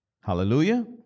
Hallelujah